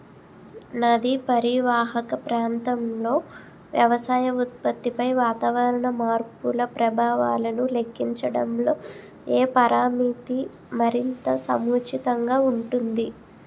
నదీ పరీవాహక ప్రాంతంలో వ్యవసాయ ఉత్పత్తిపై వాతావరణ మార్పుల ప్రభావాలను లెక్కించడంలో ఏ పరామితి మరింత సముచితంగా ఉంటుంది?